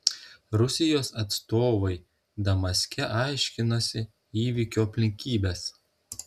rusijos atstovai damaske aiškinasi įvykio aplinkybes